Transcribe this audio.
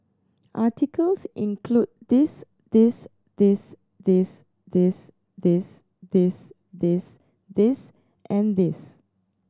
articles include this this this this this this this this this and this